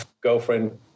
girlfriend